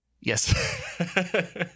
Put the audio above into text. Yes